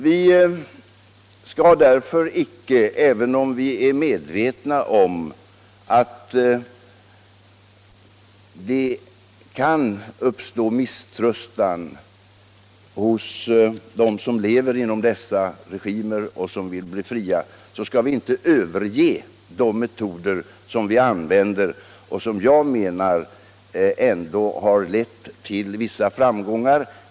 Vi skall därför icke, även om vi är medvetna om att det kan uppstå misströstan hos dem som lever under dessa regimer och som vill bli fria, överge de metoder vi använder och som jag menar ändå har lett till vissa framgångar.